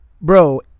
bro